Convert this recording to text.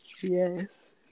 Yes